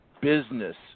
business